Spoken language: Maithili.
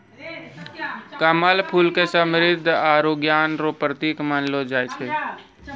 कमल फूल के समृद्धि आरु ज्ञान रो प्रतिक मानलो जाय छै